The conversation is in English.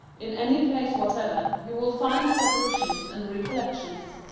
in any plays whatever, you will find these apparitions and recollections.